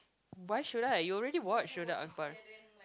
why should I you already watched Jodar-ArkBar